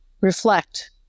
Reflect